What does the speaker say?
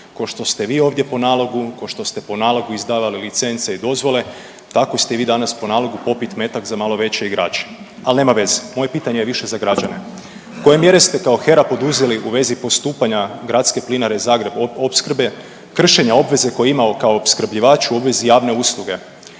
Ko što ste vi ovdje po nalogu, ko što ste po nalogu izdavali licence i dozvole tako ste i vi danas po nalogu popit metak za malo veće igrače, ali nema veze. Moje pitanje je više za građane. Koje mjere ste kao HERA poduzeli u vezi postupanja Gradske plinare Zagreb Opskrbe kršenja obveze koje je imao kao opskrbljivač u obvezi javne usluge?